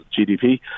GDP